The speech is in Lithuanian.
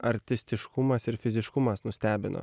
artistiškumas ir fiziškumas nustebino